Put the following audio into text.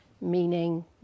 meaning